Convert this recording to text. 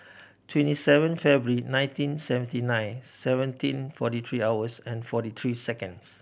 twenty seven February nineteen seventy nine seventeen forty three hours and forty three seconds